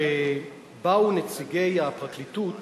שבאו נציגי הפרקליטות